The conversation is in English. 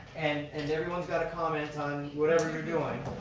and and everyone's got to comment on whatever you're doing.